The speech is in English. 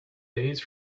days